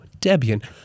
Debian